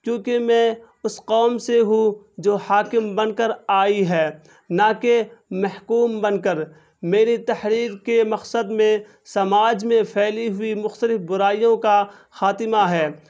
چوںکہ میں اس قوم سے ہوں جو حاکم بن کر آئی ہے نہ کہ محکوم بن کر میری تحریر کے مقصد میں سماج میں پھیلی ہوئی مختلف برائیوں کا خاتمہ ہے